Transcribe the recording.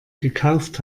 gekauft